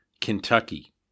Kentucky